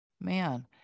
man